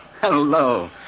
hello